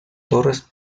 torres